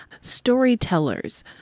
storytellers